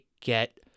get